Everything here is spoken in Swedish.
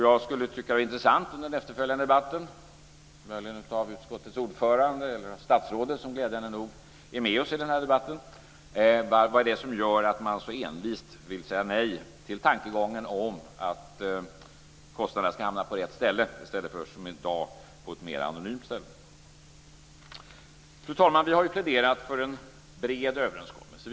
Jag skulle tycka att det vore intressant att i den efterföljande debatten få höra, möjligen av utskottets ordförande eller av statsrådet som glädjande nog är med oss i debatten, vad det är som gör att man så envist vill säga nej till tankegången om att kostnaderna ska hamna på rätt ställe i stället för, som i dag, på ett mer anonymt ställe. Fru talman! Vi har ju pläderat för en bred överenskommelse.